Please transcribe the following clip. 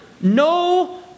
No